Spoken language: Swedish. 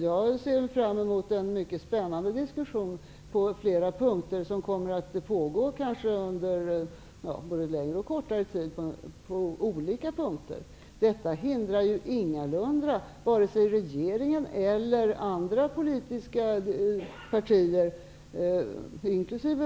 Jag ser fram emot en mycket spännande diskussion på flera punkter som kommer att pågå under både längre och kortare tid. Detta hindrar ju ingalunda vare sig regeringen eller andra politiska partier, inkl.